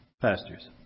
pastors